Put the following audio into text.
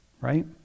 right